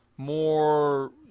more